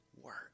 work